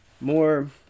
more